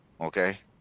Okay